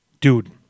Dude